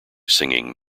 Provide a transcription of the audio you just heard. singing